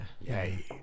Yay